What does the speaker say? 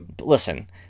Listen